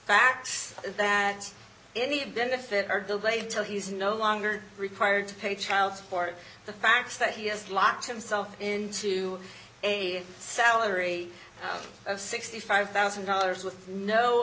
fact that any benefit are delayed till he is no longer required to pay child support the fact that he has locked himself in to a salary of sixty five thousand dollars with no